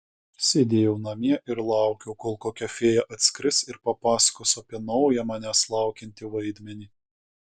sėdėjau namie ir laukiau kol kokia fėja atskris ir papasakos apie naują manęs laukiantį vaidmenį